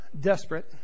desperate